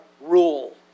rule